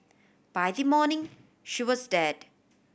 by the morning she was dead